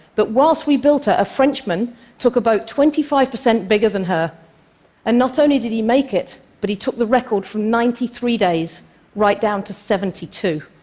but whilst we built her, ah a frenchman took a boat twenty five percent bigger than her and not only did he make it, but he took the record from ninety three days right down to seventy two.